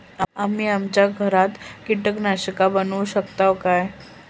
आम्ही आमच्या घरात कीटकनाशका बनवू शकताव काय?